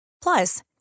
Plus